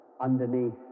underneath